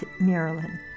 Marilyn